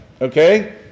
okay